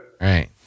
Right